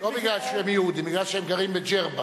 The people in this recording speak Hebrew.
לא כי הם יהודים אלא כי הם גרים בג'רבה.